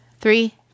Three